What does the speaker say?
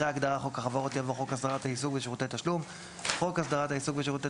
אחרי ההגדרה "חוק החברות" יבוא: ""חוק הסדרת העיסוק בשירותי